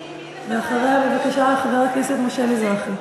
אחריה, בבקשה, חבר הכנסת משה מזרחי.